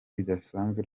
bidasanzwe